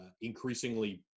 increasingly